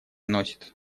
носит